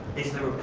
is there